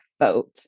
vote